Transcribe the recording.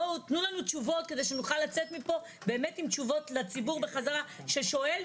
תנו לנו תשובות כדי שנוכל צאת מפה באמת עם תשובות לציבור בחזרה ששואל,